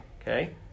Okay